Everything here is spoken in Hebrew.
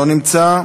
לא נמצא,